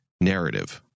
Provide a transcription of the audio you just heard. narrative